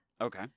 Okay